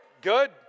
good